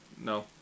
No